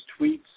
tweets